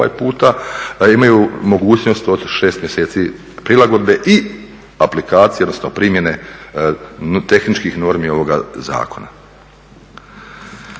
imaju mogućnost od 6 mjeseci prilagodbe i aplikacije odnosno primjene tehničkih normi ovoga zakona.